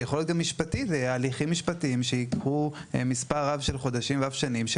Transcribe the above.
יכולים להיות גם הליכים משפטיים שייקחו מספר רב של חודשים ואף שנים,